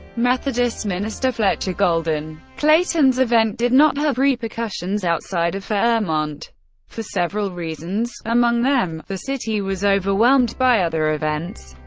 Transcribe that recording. methodist minister fletcher golden. clayton's event did not have repercussions outside of fairmont for several reasons, among them the city was overwhelmed by other events,